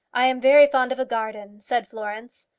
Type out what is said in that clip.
i am very fond of a garden, said florence.